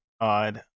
odd